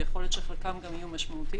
ויכול להיות שחלקם גם יהיו משמעותיים.